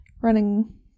running